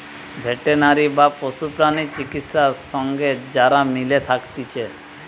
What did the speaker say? veterinary বা পশু প্রাণী চিকিৎসা সঙ্গে যারা মিলে থাকতিছে